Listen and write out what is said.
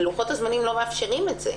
לוחות הזמנים לא מאפשרים לה את זה.